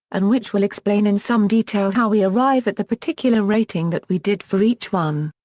and which will explain in some detail how we arrive at the particular rating that we did for each one.